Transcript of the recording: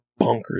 bonkers